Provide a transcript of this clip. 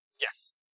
Yes